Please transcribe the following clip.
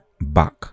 back